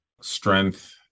strength